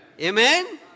Amen